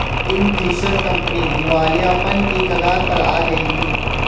Kingfisher company दिवालियापन की कगार पर आ गई थी